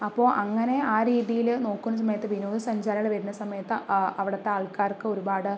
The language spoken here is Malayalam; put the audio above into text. അപ്പോൾ അങ്ങനെ ആ രീതിയിൽ നോക്കുന്ന സമയത്തു വിനോദസഞ്ചാരികൾ വരുന്ന സമയത്ത് അവിടത്തെ ആൾക്കാർക്ക് ഒരുപാട്